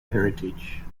heritage